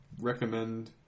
recommend